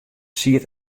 siet